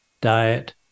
diet